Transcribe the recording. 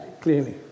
clearly